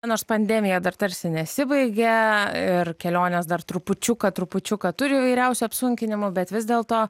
nors pandemija dar tarsi nesibaigia ir kelionės dar trupučiuką trupučiuką turi įvairiausių apsunkinimų bet vis dėlto